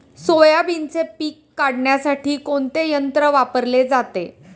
सोयाबीनचे पीक काढण्यासाठी कोणते यंत्र वापरले जाते?